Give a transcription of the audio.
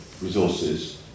resources